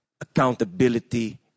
accountability